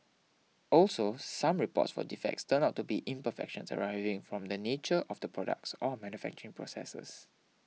also some reports for defects turned out to be imperfections arising from the nature of the products or manufacturing processes